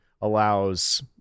allows